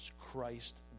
Christ